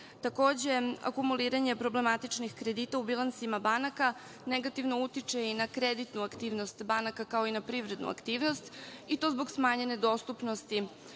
banaka. Takođe, akumuliranje problematičnih kredita u bilansima banaka negativno utiče i na kreditnu aktivnost banaka, kao i na privrednu aktivnost i to zbog smanjene dostupnosti